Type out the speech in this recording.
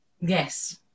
Yes